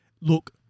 Look